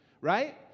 right